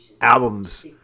albums